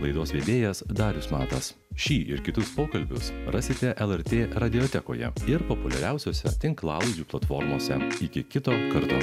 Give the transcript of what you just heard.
laidos vedėjas darius matas šį ir kitus pokalbius rasite lrt radijo tekoje ir populiariausiose tinklalaidžių platformose iki kito karto